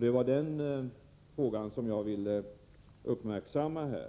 Det var den saken jag ville uppmärksamma här.